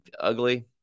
ugly